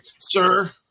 sir